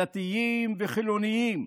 דתיים וחילונים,